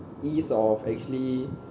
ease of actually